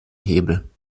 hebel